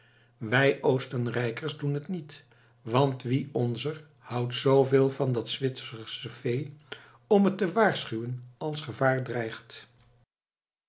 wij oostenrijkers doen het niet want wie onzer houdt zooveel van dat zwitsersche vee om het te waarschuwen als gevaar dreigt